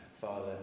Father